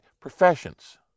professions